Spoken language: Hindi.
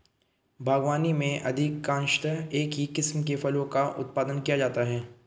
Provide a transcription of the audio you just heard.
बागवानी में अधिकांशतः एक ही किस्म के फलों का उत्पादन किया जाता है